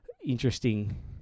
Interesting